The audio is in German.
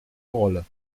rolle